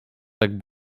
tak